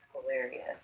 hilarious